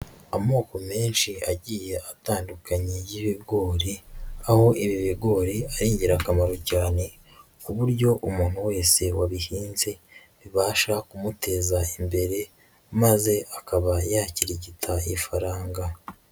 Amoko menshi agiye atandukanye y'ibigori aho ibi bigori ari ingirakamaro cyane, ku buryo umuntu wese wabihinze bibasha kumuteza imbere maze akaba yakirigita ifaranga.